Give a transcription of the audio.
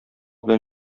белән